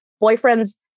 boyfriend's